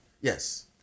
Yes